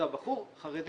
אבל בחור חרדי